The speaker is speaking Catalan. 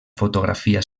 fotografia